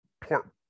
port